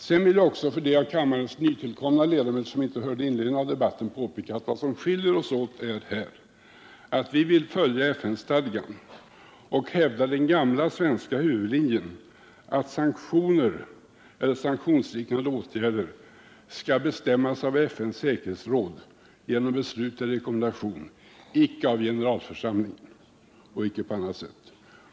Sedan vill jag också för dem av kammarens ledamöter som inte hörde inledningen av debatten påpeka att vad som skiljer oss åt är att vi vill följa FN-stadgan och hävda den gamla svenska huvudlinjen att sanktioner eller sanktionsliknande åtgärder skall bestämmas av FN:s säkerhetsråd genom beslut eller rekommendation — icke av generalförsamlingen och icke heller på något annat sätt.